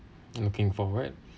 looking forward